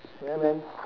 ya man